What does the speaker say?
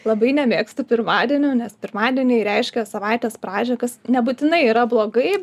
labai nemėgstu pirmadienių nes pirmadieniai reiškia savaitės pradžią kas nebūtinai yra blogai